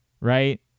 Right